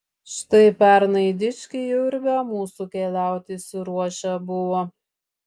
štai pernai dičkiai jau ir be mūsų keliauti išsiruošę buvo